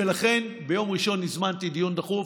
ולכן ביום ראשון הזמנתי דיון דחוף